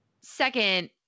Second